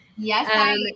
Yes